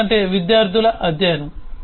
ఎందుకంటే విద్యార్థుల అధ్యయనం